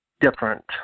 different